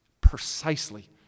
precisely